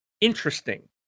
interesting